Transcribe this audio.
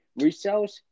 Resells